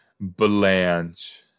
Blanche